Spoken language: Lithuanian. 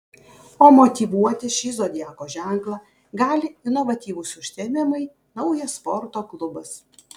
o motyvuoti šį zodiako ženklą gali inovatyvūs užsiėmimai naujas sporto klubas